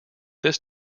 this